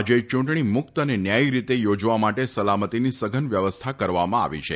આજે ચૂંટણી મુક્ત અને ન્યાયી રીતે યોજવા માટે સલામતીની સઘન વ્યવસ્થા કરવામાં આવી છે